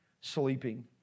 sleeping